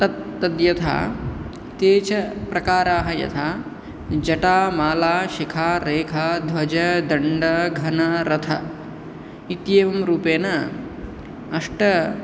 तद् तद् यथा ते च प्रकाराः यथा जटा माला शिखा रेखा ध्वज दण्ड घन रथ इत्येवं रूपेण अष्ट